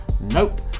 Nope